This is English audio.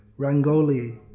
Rangoli